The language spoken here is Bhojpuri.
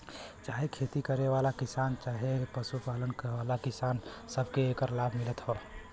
चाहे खेती करे वाला किसान चहे पशु पालन वाला किसान, सबके एकर लाभ मिलत हौ